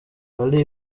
fally